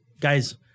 guys